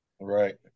Right